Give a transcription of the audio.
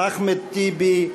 אחמד טיבי,